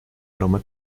aroma